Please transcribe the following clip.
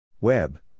Web